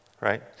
right